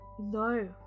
no